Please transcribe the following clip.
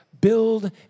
Build